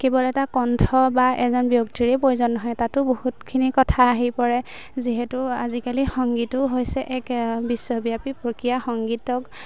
কেৱল এটা কণ্ঠ বা এজন ব্যক্তিৰেই প্ৰয়োজন নহয় তাতো বহুতখিনি কথা আহি পৰে যিহেতু আজিকালি সংগীতো হৈছে এক বিশ্বব্যাপী প্ৰক্ৰিয়া সংগীতক